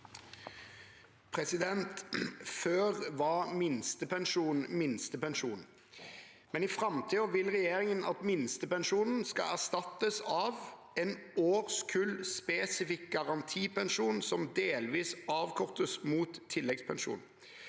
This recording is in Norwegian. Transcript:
«Før var minste- pensjon minstepensjon. I framtiden vil regjeringen at minstepensjonen skal erstattes av en årskullspesifikk garantipensjon som delvis avkortes mot tilleggspensjon.